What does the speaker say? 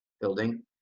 building